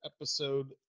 episode